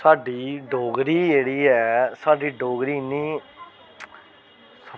साड्डी डोगरी जेह्ड़ी ऐ साड्डी डोगरी इन्नी